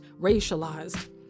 racialized